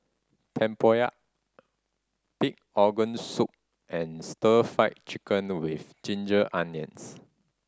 tempoyak pig organ soup and Stir Fry Chicken with ginger onions